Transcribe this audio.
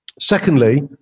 Secondly